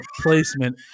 placement